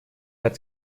had